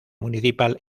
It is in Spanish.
municipal